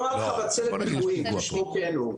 נוהל חבצלת פיגועים כשמו כן הוא.